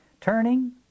turning